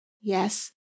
Yes